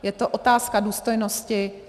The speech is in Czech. Je to otázka důstojnosti.